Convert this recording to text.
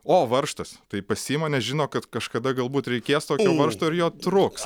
o varžtas tai pasiima nes žino kad kažkada galbūt reikės tokio varžto ir jo trūks